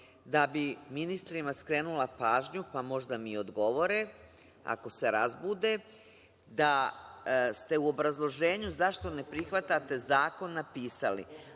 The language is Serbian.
da bi ministrima skrenula pažnju, pa možda mi odgovore, ako se razbude, da ste u obrazloženju, zašto ne prihvatate Zakon napisali,